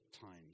times